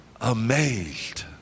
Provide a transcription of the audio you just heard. amazed